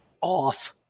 off